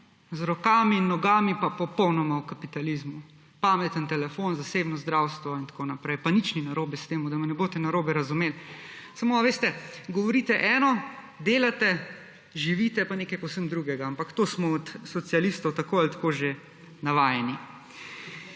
z rokami in nogami pa popolnoma v kapitalizmu. Pameten telefon, zasebno zdravstvo in tako naprej. Pa nič ni narobe s tem, da me ne boste narobe razumeli, samo a veste, govorite eno, delate, živite pa nekaj povsem drugega. Ampak to smo od socialistov tako ali tako že navajeni.